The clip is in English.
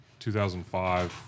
2005